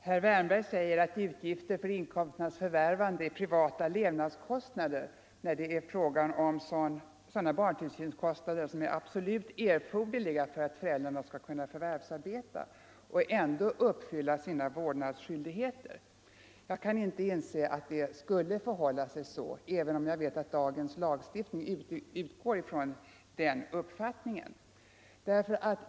Herr talman! Herr Wärnberg säger att det är privata levnadskostnader när det är fråga om sådana barntillsynskostnader som är absolut erforderliga för att föräldrarna skall kunna förvärvsarbeta och ändå uppfylla sina vårdnadsskyldigheter. Jag kan inte inse att det skulle förhålla sig så, även om jag vet att dagens lagstiftning utgår från den uppfattningen.